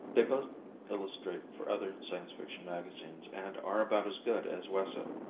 they both illustrate for other science fiction magazines and are about as good as wesso.